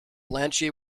blanche